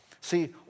See